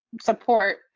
support